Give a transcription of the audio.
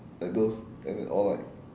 like those all like